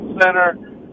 center